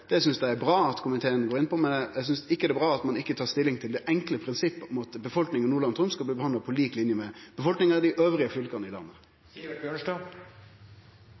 Det synest eg det er bra at komiteen går for, men eg synest ikkje det er bra at ein ikkje tar stilling til det enkle prinsippet om at befolkninga i Nordland og Troms skal bli behandla på lik linje med befolkninga i dei andre fylka i landet.